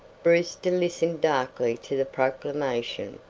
brewster listened darkly to the proclamation.